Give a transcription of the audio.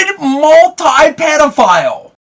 multi-pedophile